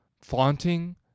flaunting